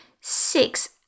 six